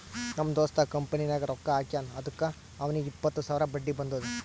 ನಮ್ ದೋಸ್ತ ಕಂಪನಿನಾಗ್ ರೊಕ್ಕಾ ಹಾಕ್ಯಾನ್ ಅದುಕ್ಕ ಅವ್ನಿಗ್ ಎಪ್ಪತ್ತು ಸಾವಿರ ಬಡ್ಡಿ ಬಂದುದ್